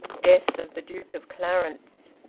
death of the duke of clarence,